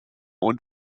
und